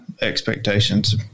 expectations